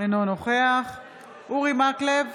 אינו נוכח אורי מקלב,